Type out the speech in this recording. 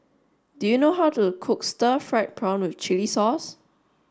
do you know how to cook Stir Fried Prawn with chili sauce